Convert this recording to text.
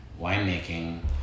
winemaking